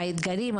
האתגרים,